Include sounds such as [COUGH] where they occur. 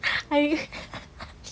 I ru~ [LAUGHS]